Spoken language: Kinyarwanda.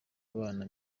abana